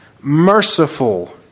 merciful